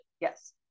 Yes